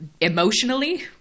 emotionally